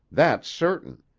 that's certain.